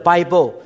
Bible